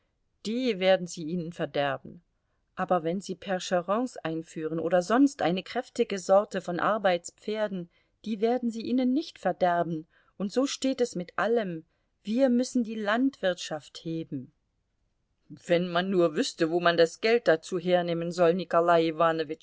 die werden sie ihnen verderben aber wenn sie percherons einführen oder sonst eine kräftige sorte von arbeitspferden die werden sie ihnen nicht verderben und so steht es mit allem wir müssen die landwirtschaft heben wenn man nur wüßte wo man das geld dazu hernehmen soll nikolai